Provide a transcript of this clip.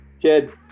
kid